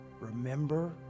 Remember